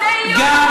זה איום או הבטחה?